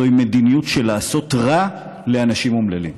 זוהי מדיניות לעשות רע לאנשים אומללים.